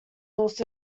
also